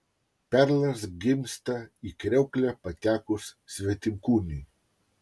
perlas gimsta į kriauklę patekus svetimkūniui